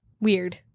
Weird